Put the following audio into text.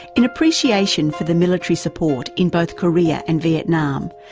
in appreciation for the military support in both, korea and vietnam,